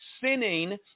sinning